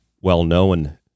well-known